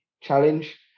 challenge